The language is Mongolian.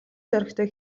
зоригтой